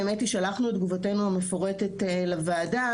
האמת שלחנו את תגובתנו המפורטת לוועדה